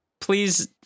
please